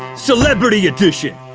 celebrity edition!